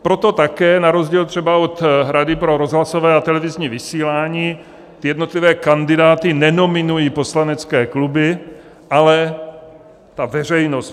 Proto také na rozdíl třeba od Rady pro rozhlasové a televizní vysílání jednotlivé kandidáty nenominují poslanecké kluby, ale přímo veřejnost.